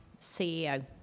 CEO